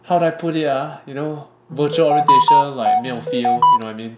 how do I put it ah you know virtual orientation like 没有 feel you know what I mean